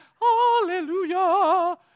Hallelujah